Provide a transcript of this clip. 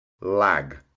lag